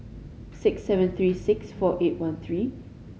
six seven three six four eight one three